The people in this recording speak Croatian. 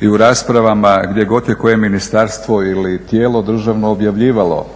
i u raspravama, gdje god je koje ministarstvo ili tijelo državno objavljivalo